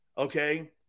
Okay